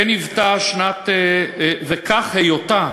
וכן היותה